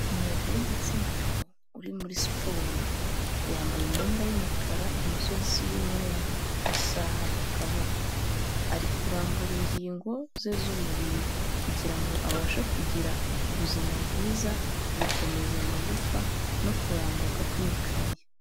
Umuntu w'igitsina gabo uri muri siporo, yambaye imyenda y'umukara, amasogisi y'umweru n'isaha ku kaboko, ari kurambura ingingo ze z'umubiri, kugira ngo abashe kugira ubuzima bwiza, gukomeza amagufa no kurambuka kw'imikaya.